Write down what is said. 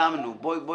תלכו